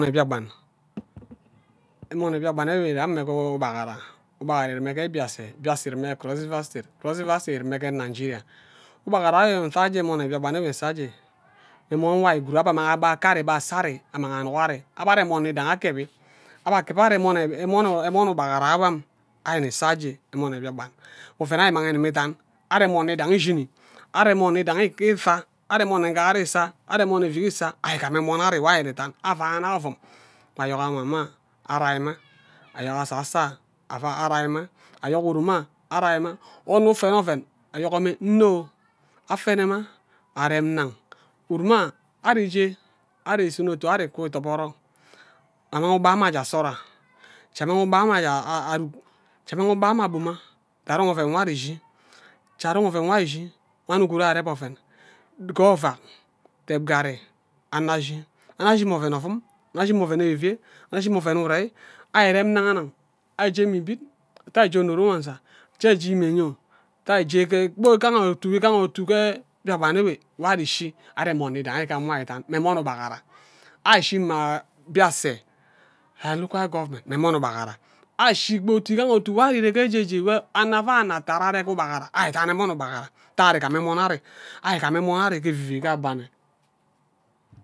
Mme mbiakpan emone mbiakpan enwe irem ke ubaghara ubaghara ireme ke biase biase ireme ke Cross River State Cross River State irem ke Nigeria ubaghara enwe nse nje emon nne mbiakpan enwe nsa nje mme emon nwo bhe aka ka ari mme asasa ari akeb ari ari emon nwi idanyi igam abhe ako ari emon ubaghara wo ari nne san nje emon nne mbiakpan mme oven nwo ari mang igimi idan ari emon nwo idagi inshini ari emon nne ngara isa ari efik isa ari igam emon ari avano ovum me ayo ama arai mma ayogor asasa ayo arai mma ayo urume ayo arai mma onno ufen oven ayogor mme nno afene mma arem nnamg uru mma ari sumo otu wo ari je arisun o otu wo ari ku idiboro mma ugbi onwi aje asara jee amang ugba enwe ije asara ja mmang ugba nna je aruk ja anong oven nwo ari ishi ja arong oven nwo ari ishi wan ughuru aorng oven gor ovak rem ngari anno ashi annu ashima oven ovum annuk ashi mmo oven evivie annu ashima oven urei ari rem nnaga naga nnan arije mme ibid ate ari je onnoriwanza ate ari je imie yon ate je kpor atu igaha otu ke mbakpan enwe nwo erishi ari emon nwi idugi igam mme emon ubaghara ashi ma biase ja ke local government mme emon ubeghara otu igaha otu ari shi shi nwo anna avai anno atad are mme ja ari idan emon nne ubaghara ari igam enon ari ge evivik ke abami